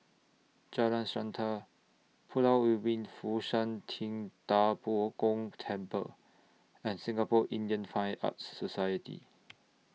Jalan Srantan Pulau Ubin Fo Shan Ting DA Bo Gong Temple and Singapore Indian Fine Arts Society